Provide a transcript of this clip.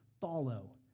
follow